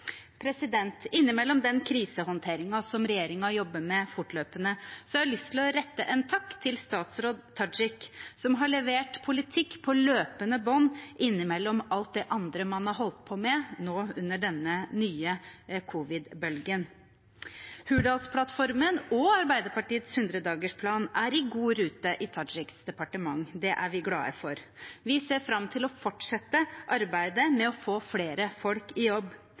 Innimellom den krisehåndteringen som regjeringen jobber med fortløpende, har jeg lyst til å rette en takk til statsråd Tajik, som har levert politikk på løpende bånd innimellom alt det andre man har holdt på med nå under denne nye covid-bølgen. Hurdalsplattformen og Arbeiderpartiets 100-dagersplan er i god rute i Tajiks departement. Det er vi glade for. Vi ser fram til å fortsette arbeidet med å få flere folk i jobb,